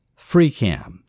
FreeCam